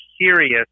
serious